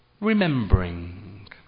Remembering